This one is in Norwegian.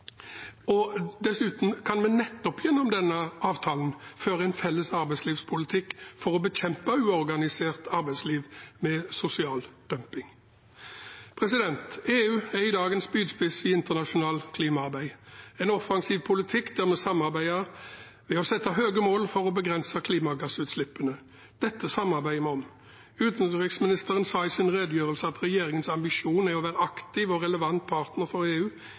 Dessuten kan vi nettopp gjennom denne avtalen føre en felles arbeidslivspolitikk for å bekjempe uorganisert arbeidsliv med sosial dumping. EU er i dag en spydspiss i internasjonalt klimaarbeid – en offensiv politikk der vi samarbeider ved å sette høye mål for å begrense klimagassutslippene. Dette samarbeider vi om. Utenriksministeren sa i sin redegjørelse at regjeringens ambisjon er å være en aktiv og relevant partner for EU